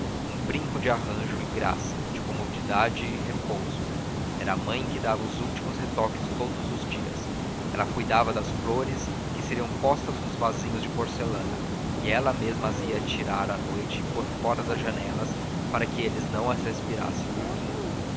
um brinco de arranjo e graça de comodidade e repouso era a mãe que dava os últimos retoques todos os dias ela cuidava das flores que seriam postas nos vasinhos de porcelana e ela mesma as ia tirar à noite e pôr fora das janelas para que eles não as respirassem dormindo